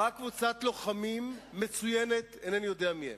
באה קבוצת לוחמים מצוינת, אינני יודע מי הם,